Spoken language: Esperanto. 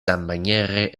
sammaniere